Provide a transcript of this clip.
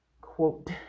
quote